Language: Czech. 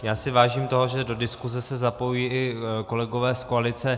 Já si vážím toho, že do diskuze se zapojují i kolegové z koalice.